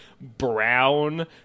brown